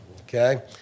Okay